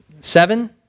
seven